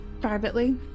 Privately